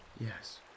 Yes